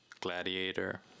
Gladiator